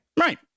Right